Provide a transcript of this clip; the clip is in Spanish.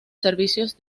servicios